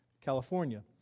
California